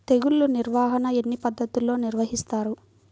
తెగులు నిర్వాహణ ఎన్ని పద్ధతుల్లో నిర్వహిస్తారు?